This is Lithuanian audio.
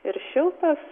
ir šiltas